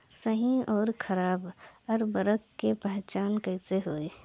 सही अउर खराब उर्बरक के पहचान कैसे होई?